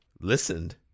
Listened